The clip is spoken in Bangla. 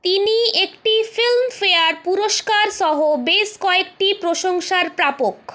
তিনি একটি ফিল্মফেয়ার পুরস্কার সহ বেশ কয়েকটি প্রশংসার প্রাপক